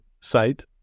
site